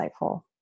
insightful